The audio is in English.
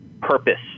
purpose